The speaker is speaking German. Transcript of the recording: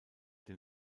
den